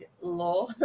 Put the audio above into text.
law